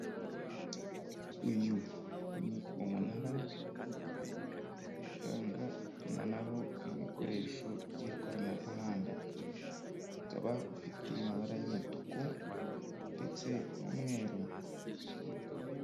Uyu ni umunara utanga itumanaho mu bikoresho by'ikoranabuhanga ukaba ufite amabara y'umutuku ndetse n'umweru.